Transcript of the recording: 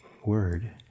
word